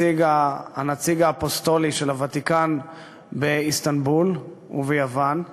הנציג האפוסטולי של הוותיקן באיסטנבול וביוון.